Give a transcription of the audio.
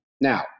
Now